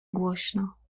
głośno